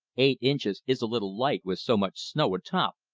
eight inches is a little light, with so much snow atop,